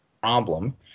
problem